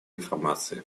информации